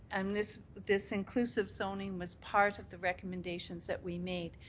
um this this inclusive zoning was part of the recommendations that we made.